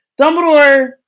Dumbledore